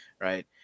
right